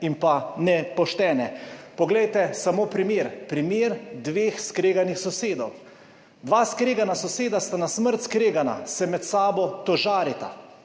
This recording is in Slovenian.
in pa nepoštene. Poglejte samo primer, primer dveh skreganih sosedov. Dva skregana soseda sta na smrt skregana, se med sabo tožarita.